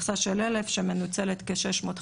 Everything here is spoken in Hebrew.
מכסה של 1,000 שמנוצלת כ-620,